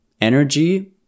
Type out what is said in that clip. energy